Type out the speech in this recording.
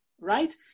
right